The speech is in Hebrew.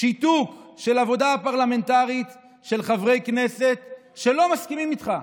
שיתוק של עבודה פרלמנטרית של חברי כנסת שלא מסכימים איתך.